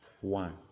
one